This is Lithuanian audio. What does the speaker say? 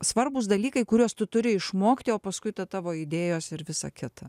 svarbūs dalykai kuriuos tu turi išmokti o paskui ta tavo idėjos ir visa kita